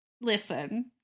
listen